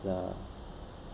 uh